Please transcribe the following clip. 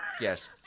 Yes